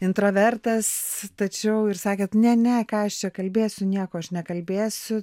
intravertas tačiau ir sakėt ne ne ką aš čia kalbėsiu nieko aš nekalbėsiu